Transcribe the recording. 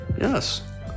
Yes